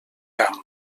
camp